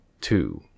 Two